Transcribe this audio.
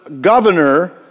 governor